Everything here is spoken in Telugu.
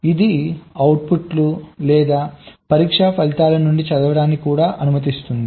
ఇది అవుట్పుట్లు లేదా పరీక్ష ఫలితాల నుండి చదవడానికి కూడా అనుమతిస్తుంది